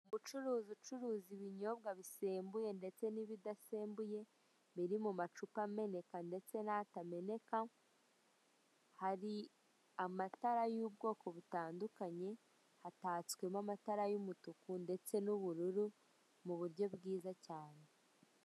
Umucuruzi ucuruza ibinyobwa bisembuye ndetse n'ibudasembuye, biri mumacupa ameneka ndetse n'atameneka, hari amatara y'ubwoko butandukanye, hatatswemo amatara y'umutuku ndetse n'ubururu muburyo bwiza cyane.